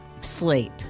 sleep